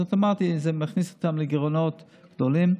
אז אוטומטית זה מכניס אותם לגירעונות גדולים.